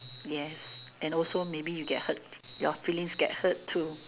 yes and also maybe you get hurt your feelings get hurt too